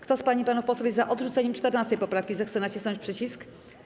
Kto z pań i panów posłów jest za odrzuceniem 14. poprawki, zechce nacisnąć przycisk.